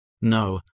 No